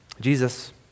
Jesus